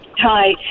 Hi